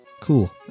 Cool